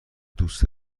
دوست